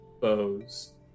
bows